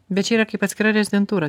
bet čia yra kaip atskira rezidentūra